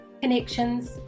connections